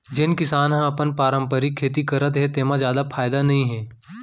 जेन किसान ह अपन पारंपरिक खेती करत हे तेमा जादा फायदा नइ हे